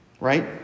right